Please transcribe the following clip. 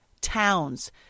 towns